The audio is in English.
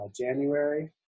January